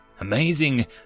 Amazing